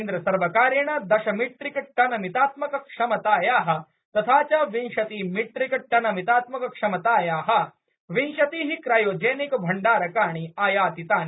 केन्द्रसर्वकारेण दशमीट्रिकटनमितात्मकक्षमतायाः तथा च विंशतिमीट्रिकटनमितात्मकक्षमतायाः विंशतिः क्रायोजेनिकभण्डारकाणि आयातितानि